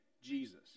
Jesus